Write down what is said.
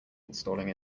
installing